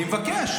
אני מבקש.